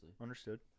Understood